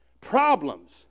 Problems